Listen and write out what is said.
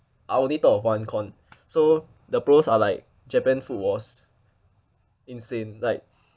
I only thought of one con so the pros are like japan food was insane like